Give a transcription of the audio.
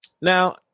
now